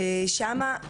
הם צריכים לשחק